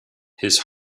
his